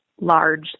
large